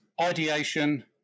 ideation